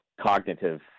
cognitive